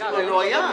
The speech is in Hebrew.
אותו.